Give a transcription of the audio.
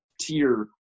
tier